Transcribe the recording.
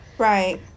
Right